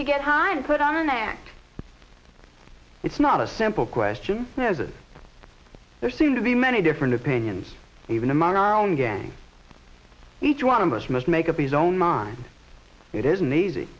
to get high and put our neck it's not a simple question says it there seem to be many different opinions even among our own gang each one of us must make up his own mind it isn't easy